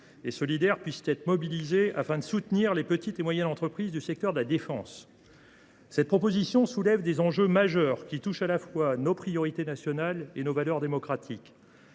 et solidaire afin de soutenir les petites et moyennes entreprises du secteur de la défense. Cette proposition soulève des enjeux majeurs qui touchent à la fois à nos priorités nationales et à nos valeurs démocratiques.